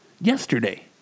yesterday